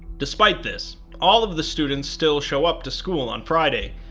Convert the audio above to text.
despite this, all of the students still show up to school on friday,